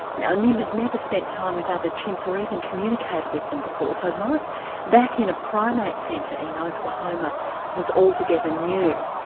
now nim had never spent time with other chimps or even communicated with then before so life back in a primate centre in oklahoma was altogether new.